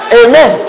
amen